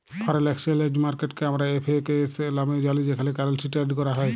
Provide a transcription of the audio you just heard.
foreign exchange মার্কেটকে আমরা এফ.এ.কে.এস লামেও জালি যেখালে কারেলসি টেরেড ক্যরা হ্যয়